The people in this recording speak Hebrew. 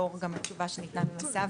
לאור גם התשובה שניתנה על מס"ב,